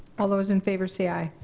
all those in favor say aye.